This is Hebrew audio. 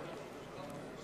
נוכחת